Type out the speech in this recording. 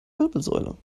wirbelsäule